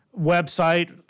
website